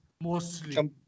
mostly